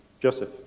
Joseph